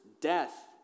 death